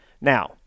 Now